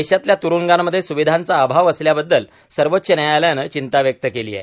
देशातल्या तुरूंगामध्ये सुविघांचा अभाव असल्याबद्दल सर्वोच्व न्यायालयानं चिंता व्यक्त केली आहे